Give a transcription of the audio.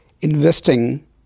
investing